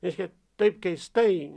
reiškia taip keistai